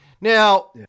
Now